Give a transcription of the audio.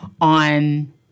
on